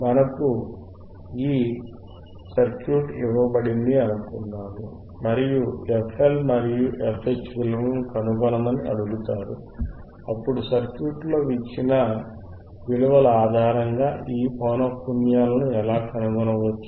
మనకు ఈ సర్క్యూట్ ఇవ్వబడింది అనుకుందాం మరియు fL మరియు fH విలువలు కనుగొనమని అడుగుతారు అప్పుడు సర్క్యూట్లో ఇచ్చిన విలువల ఆధారంగా ఈ పౌనఃపున్యాలను ఎలా కనుగొనవచ్చు